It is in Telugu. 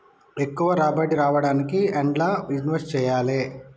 ఎక్కువ రాబడి రావడానికి ఎండ్ల ఇన్వెస్ట్ చేయాలే?